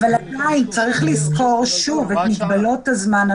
צריך לזכור שוב את מגבלות הזמן.